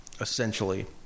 essentially